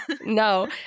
no